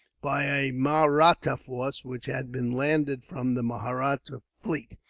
by a mahratta force which had been landed from the mahratta fleet,